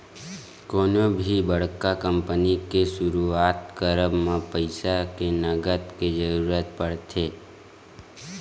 कोनो भी बड़का कंपनी के सुरुवात करब म पइसा के नँगत के जरुरत पड़थे